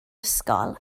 ysgol